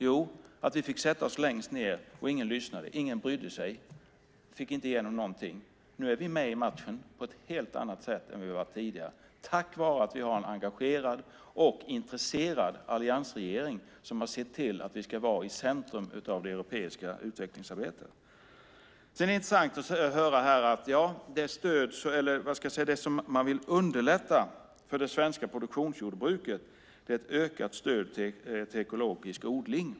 Jo, att vi fick sätta oss längst ned utan att någon lyssnade eller brydde sig. Vi fick inte igenom någonting. Nu är vi med i matchen på ett helt annat sätt än vad vi har varit tidigare, tack vare att vi har en engagerad och intresserad alliansregering som har sett till att vi ska vara i centrum av det europeiska utvecklingsarbetet. Det är intressant att höra här att det man vill göra för att underlätta för det svenska produktionsjordbruket är att ge ett ökat stöd till ekologisk odling.